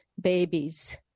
babies